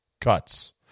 cuts